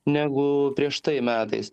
negu prieš tai metais